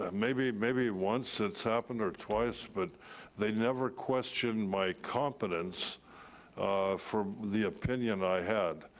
ah maybe maybe once it's happened or twice, but they never questioned my competence for the opinion i had,